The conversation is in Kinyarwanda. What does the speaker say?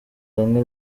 bamwe